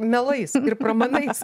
melais ir pramanais